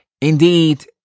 Indeed